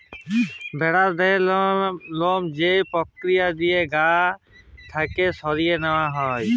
ভেড়ার দেহের লম যে পক্রিয়া দিঁয়ে গা থ্যাইকে সরাঁয় লিয়া হ্যয়